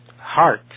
heart